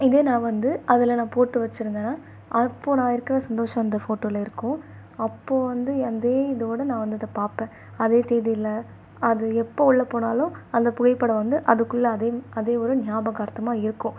இதே நான் வந்து அதில் நான் போட்டு வச்சிருந்தேன்னால் அப்போது நான் இருக்கிற சந்தோஷம் அந்த ஃபோட்டோவில இருக்கும் அப்போது வந்து அந்த இதோடய நான் வந்து அதை பார்ப்பேன் அதே தேதியில் அது எப்போது உள்ளே போனாலும் அந்த புகைப்படம் வந்து அதுக்குள்ள அதுவும் அது ஒரு ஞாபகார்த்தமாக இருக்கும்